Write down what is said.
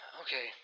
okay